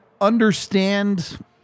understand